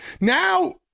Now